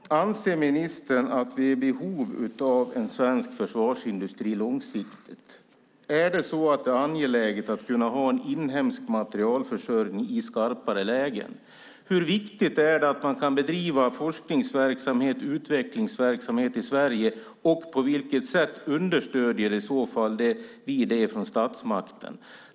Herr talman! Anser ministern att vi är i behov av en svensk försvarsindustri långsiktigt? Är det angeläget att kunna ha en inhemsk materielförsörjning i skarpare lägen? Hur viktigt är det att man kan bedriva forsknings och utvecklingsverksamhet i Sverige, och på vilket sätt understöds det från statsmakten?